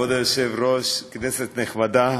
כבוד היושב-ראש, כנסת נכבדה,